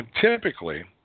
typically